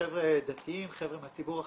חבר'ה דתיים, חבר'ה מהציבור החרדי.